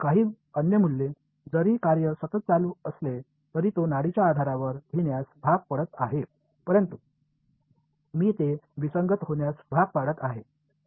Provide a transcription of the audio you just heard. काही अन्य मूल्ये जरी कार्य सतत चालू असले तरी ते नाडीच्या आधारावर घेण्यास भाग पाडत आहे परंतु मी ते विसंगत होण्यास भाग पाडत आहे